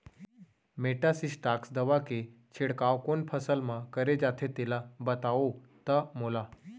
Metasystox दवा के छिड़काव कोन फसल म करे जाथे तेला बताओ त मोला?